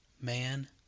man